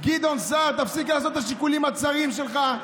גדעון סער, תפסיק לעשות את השיקולים הצרים שלך.